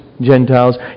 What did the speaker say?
Gentiles